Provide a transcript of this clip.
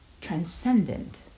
transcendent